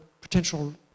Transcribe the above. potential